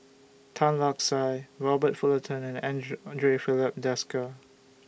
Tan Lark Sye Robert Fullerton and Andre Filipe Desker